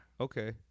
Okay